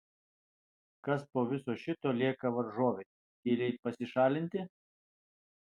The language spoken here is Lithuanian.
kas po viso šito lieka varžovei tyliai pasišalinti